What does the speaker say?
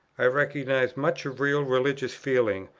i recognize much of real religious feeling,